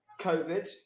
COVID